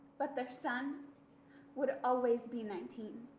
but their son would always be nineteen.